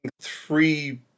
three